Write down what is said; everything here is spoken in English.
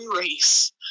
race